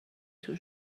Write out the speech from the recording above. تون